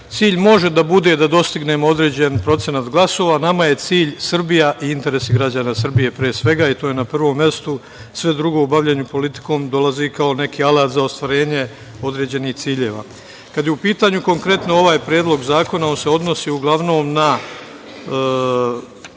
Cilj može da bude da dostignemo određen procenat glasova. Nama je cilj Srbija i interesi građana Srbije, pre svega, i to je na prvom mestu. Sve drugo o bavljenju politikom dolazi kao neki alat za ostvarenje određenih ciljeva. Kada je u pitanju konkretno ovaj predlog zakona, on se odnosi uglavnom na